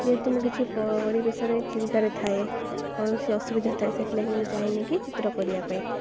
ଯେହେତୁ ମୁଁ କିଛି ପରିବେଶରେ ଚିନ୍ତାରେ ଥାଏ କୌଣସି ଅସୁବିଧା ଥାଏ ସେଥିଲାଗି ମୁଁ ଚାହେଁନି କି ଚିତ୍ର କରିବା ପାଇଁ